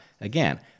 again